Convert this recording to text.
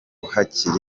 hakiri